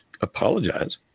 apologize